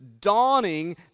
dawning